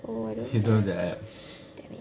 K you don't have the app